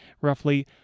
roughly